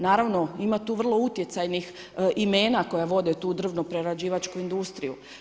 Naravno, ima tu vrlo utjecajnih imena koje vode tu drvno-prerađivačku industriju.